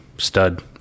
stud